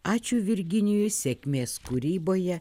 ačiū virginijui sėkmės kūryboje